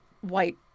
white